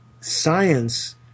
science